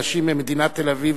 אנשים מ"מדינת תל-אביב",